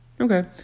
okay